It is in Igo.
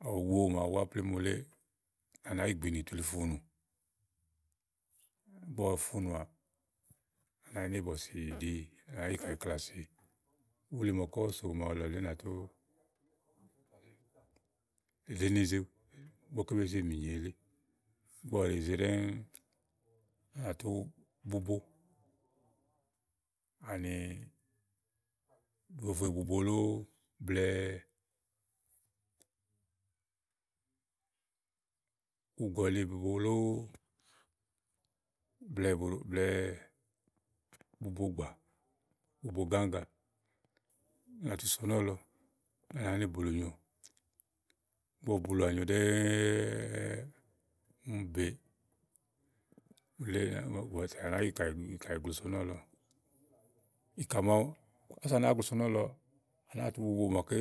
Ka ò wo màaɖu búá plémú wuléè, à nàá yi gbìnì ke yìli fùnù. Ígbɔ ɔwɔ fùnùà, à nàá yì bɔ̀sì yì ɖi à nàá yi ìkà yì klaà si. Ulí màaké ɔwɔ sò màaɖu úni à nà tú, ènì zèe yize ígbɔké be yize mìnyè elí ígbɔ ɔwɔ yize ɖɛ́ŋúú úni à nà tú bubo ani bùyòvoè bùbo lóó blɛ̀ɛ ùgɔ̀libùbo lóó, blɛ̀ɛ ɛbuɖò blɛ̀ɛ bubogbà, bubogáŋga, úni à nà tú so nɔ̀lɔ, úni à nàá nì bùulùnyo. Ígbɔ ɔwɔ bulùnyo ɖɛ́ŋúúú úni be wuléè à nàá bɔà nàá yi ìkà yì gloso nɔ̀lɔ, ìkà màawu ása à nàáa gloso nɔ̀lɔ à nàáa tu bubo màaké